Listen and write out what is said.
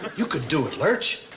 but you can do it, lurch.